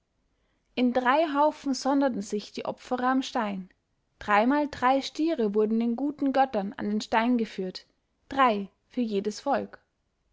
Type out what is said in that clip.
in drei haufen sonderten sich die opferer am stein dreimal drei stiere wurden den guten göttern an den stein geführt drei für jedes volk